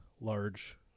large